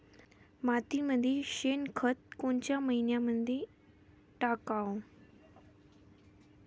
मातीमंदी शेणखत कोनच्या मइन्यामंधी टाकाव?